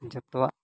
ᱡᱚᱛᱚᱣᱟᱜ